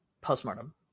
Postmortem